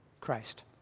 Christ